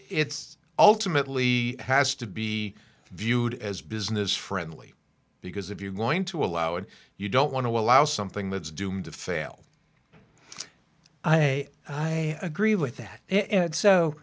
it's ultimately has to be viewed as business friendly because if you're going to allow and you don't want to allow something that's doomed to fail i i agree with that and